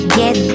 get